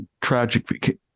tragic